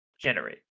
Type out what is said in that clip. Generate